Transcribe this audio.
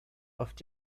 oft